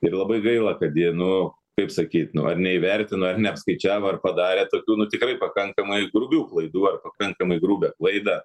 ir labai gaila kad ji nu kaip sakyt nu ar neįvertina ar neapskaičiavo ar padarė tokių nu tikrai pakankamai ir grubių klaidų ar pakankamai grubią klaidą